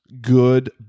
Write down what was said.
Good